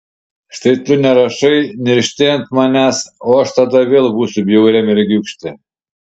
štai tu nerašai niršti ant manęs o aš tada vėl būsiu bjauria mergiūkšte